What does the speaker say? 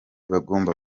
bagomba